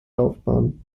laufbahn